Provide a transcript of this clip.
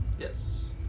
Yes